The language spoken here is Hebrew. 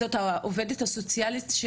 זאת העובדת הסוציאלית?